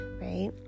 right